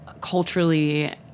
culturally